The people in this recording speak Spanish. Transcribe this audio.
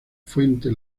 fuente